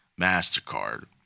MasterCard